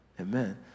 Amen